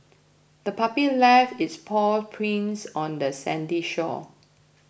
the puppy left its paw prints on the sandy shore